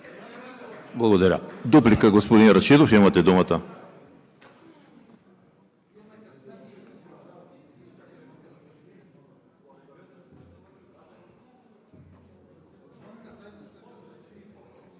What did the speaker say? Благодаря. Дуплика – господин Рашидов, имате думата.